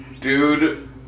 dude